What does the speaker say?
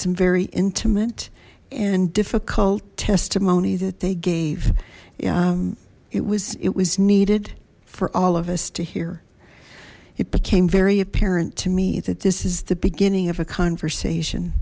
some very intimate and difficult testimony that they gave it was it was needed for all of us to hear it became very apparent to me that this is the beginning of a conversation